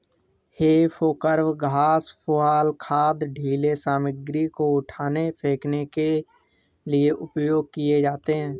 हे forks घास, पुआल, खाद, ढ़ीले सामग्री को उठाने, फेंकने के लिए उपयोग किए जाते हैं